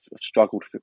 struggled